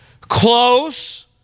Close